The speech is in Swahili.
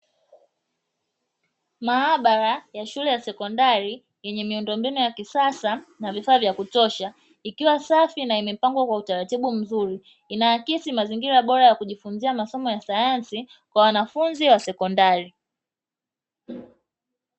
Maabara ya shule ya sekondari yenye miundombinu ya kisasa na vifaa vya kutosha, ikiwa safi na kupangwa katika utaratibu mzuri. Inaakisi mazingira bora ya kujifunzia masomo ya sayansi kwa wanafunzi wa sekondari.